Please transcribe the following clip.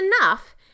enough